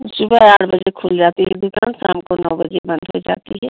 सुबह आठ बजे खुल जाती है दुकान शाम को नौ बजे बंद हो जाती है